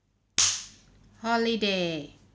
holiday